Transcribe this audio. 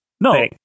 no